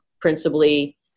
principally